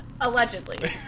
allegedly